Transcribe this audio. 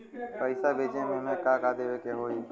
पैसा भेजे में हमे का का देवे के होई?